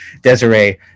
Desiree